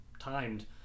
timed